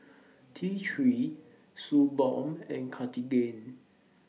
T three Suu Balm and Cartigain